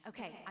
Okay